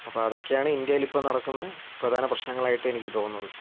അപ്പോൾ അതൊക്കെയാണ് ഇന്ത്യയിലിപ്പം നടക്കുന്ന പ്രധാന പ്രശ്നങ്ങളായിട്ട് എനിക്ക് തോന്നുന്നത്